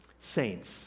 Saints